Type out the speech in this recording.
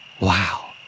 Wow